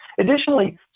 additionally